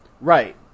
Right